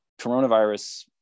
coronavirus